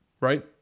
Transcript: right